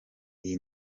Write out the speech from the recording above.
iyi